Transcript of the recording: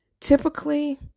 typically